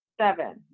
seven